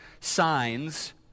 signs